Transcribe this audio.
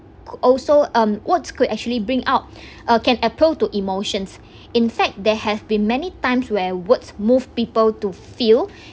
also um words could actually bring out uh can appeal to emotions in fact there have been many times where words move people to feel